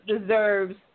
deserves